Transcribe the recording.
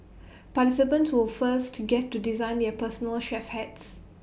participants will first to get to design their personal chef hats